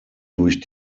durch